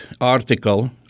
article